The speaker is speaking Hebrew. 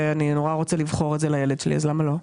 ונורא רוצה לבחור את זה לילד שלי למה לא?